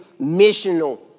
missional